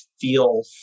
feel